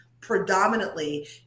predominantly